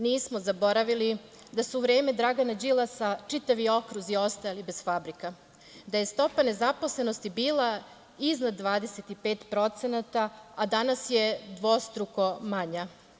Nismo zaboravili da se u vreme Dragana Đilasa čitavi okruzi ostajali bez fabrika, da je stopa nezaposlenosti bila iznad 25%, a danas je dvostruko manja.